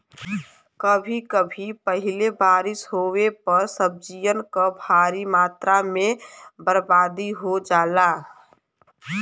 कभी कभी पहिले बारिस होये पर सब्जियन क भारी मात्रा में बरबादी हो जाला